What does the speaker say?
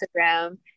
Instagram